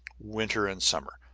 winter and summer,